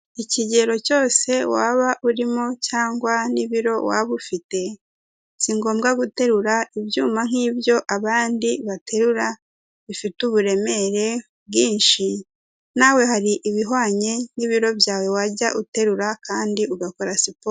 Ikigero cyose waba urimo cyangwa n'ibiro waba ufite, si ngombwa guterura ibyuma nk'ibyo abandi baterura bifite uburemere bwinshi, nawe hari ibihwanye n'ibiro byawe wajya uterura kandi ugakora siporo.